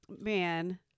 man